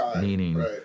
meaning